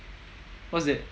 what's that